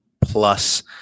plus